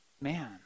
man